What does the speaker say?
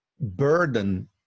burden